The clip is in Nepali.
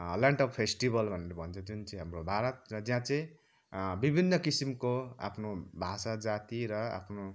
लेन्ड अफ फेस्टिभल भनेर भन्छ जुन चाहिँ अब भारत र जहाँ चाहिँ विभिन्न किसिमको आफ्नो भाषा जाति र आफ्नो